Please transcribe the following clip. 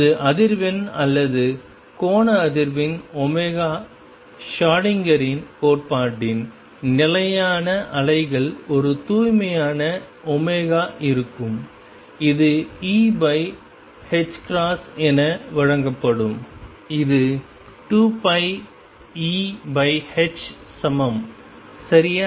அது அதிர்வெண் அல்லது கோண அதிர்வெண் ஷ்ரோடிங்கரின் Schrödinger's கோட்பாட்டின் நிலையான அலைகள் ஒரு தூய்மையான இருக்கும் இது E என வழங்கப்படும் இது 2πEh சமம் சரியா